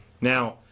Now